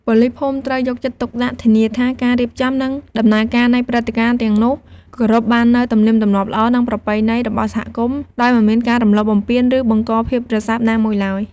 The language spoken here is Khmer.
ប៉ូលីសភូមិត្រូវយកចិត្តទុកដាក់ធានាថា ការរៀបចំ និងដំណើរការនៃព្រឹត្តិការណ៍ទាំងនោះ គោរពបាននូវទំនៀមទម្លាប់ល្អ និងប្រពៃណីរបស់សហគមន៍ ដោយមិនមានការរំលោភបំពាន ឬបង្កភាពរសើបណាមួយឡើយ។